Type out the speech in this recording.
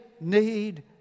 need